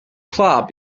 club